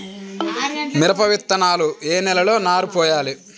మిరప విత్తనాలు ఏ నెలలో నారు పోయాలి?